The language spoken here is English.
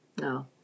No